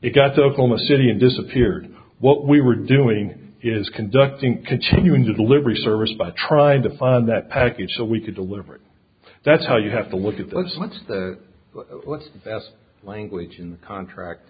it got so from a city and disappeared what we were doing is conducting continuing to delivery service by trying to find that package so we could deliver it that's how you have to look at that's what's the best language in the contract